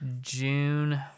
June